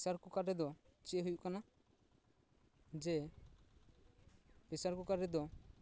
ᱯᱮᱥᱟᱨ ᱠᱩᱠᱟᱨ ᱨᱮᱫᱚ ᱪᱮᱫ ᱦᱩᱭᱩᱜ ᱠᱟᱱᱟ ᱡᱮ ᱯᱮᱥᱟᱨ ᱠᱩᱠᱟᱨ ᱨᱮᱫᱚ